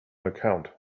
account